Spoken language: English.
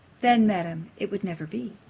then, madam, it would never be.